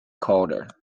calder